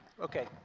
Okay